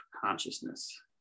consciousness